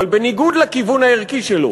אבל בניגוד לכיוון הערכי שלו